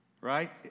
right